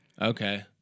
Okay